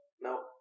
No